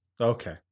okay